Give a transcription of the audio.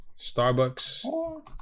Starbucks